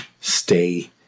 stay